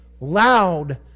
loud